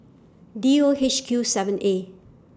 D O H Q seven A